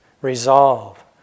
resolve